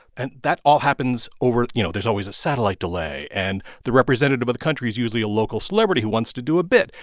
and that all happens over you know, there's always a satellite delay. and the representative of the country is usually a local celebrity who wants to do a bit